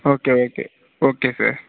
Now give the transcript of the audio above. okay okay okay sir